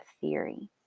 theory